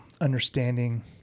understanding